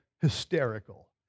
hysterical